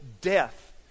death